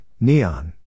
Neon